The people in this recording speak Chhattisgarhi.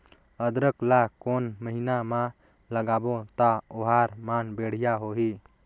अदरक ला कोन महीना मा लगाबो ता ओहार मान बेडिया होही?